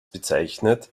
bezeichnet